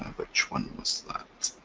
which one was that,